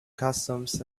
customs